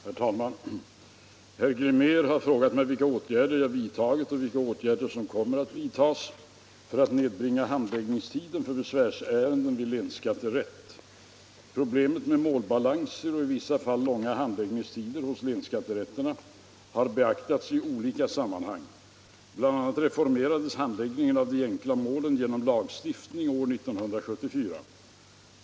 Herr talman! Herr Glimnér har frågat mig vilka åtgärder jag vidtagit och vilka åtgärder som kommer att vidtagas för att nedbringa handläggningstiden för besvärsärenden vid länsskatterätt. Problemet med målbalanser och i vissa fall långa handläggningstider hos länsskatterätterna har beaktats i olika sammanhang. Bl. a. reformerades handläggningen av de enkla målen genom lagstiftning år 1974.